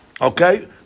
Okay